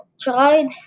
tried